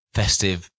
festive